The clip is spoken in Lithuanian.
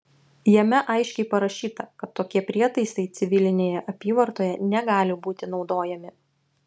jame aiškiai parašyta kad tokie prietaisai civilinėje apyvartoje negali būti naudojami